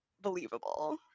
believable